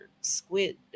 squid